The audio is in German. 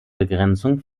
begrenzung